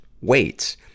weights